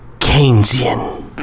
Keynesian